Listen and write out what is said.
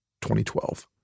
2012